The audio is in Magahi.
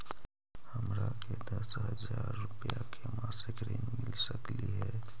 हमरा के दस हजार रुपया के मासिक ऋण मिल सकली हे?